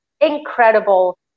incredible